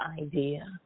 idea